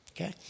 okay